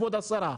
כבוד השרה,